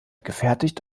gefertigt